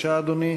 מס' 3345,